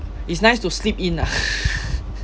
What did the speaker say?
it's nice to sleep in lah